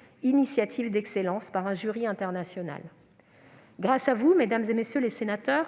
« initiative d'excellence » par un jury international. Grâce à vous, mesdames, messieurs les sénateurs,